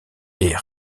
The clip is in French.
est